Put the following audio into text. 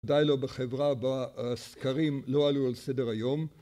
די לו בחברה בה הסקרים לא היו על סדר היום